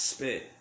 Spit